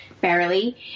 barely